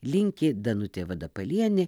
linki danutė vadapalienė